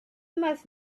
must